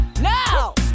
Now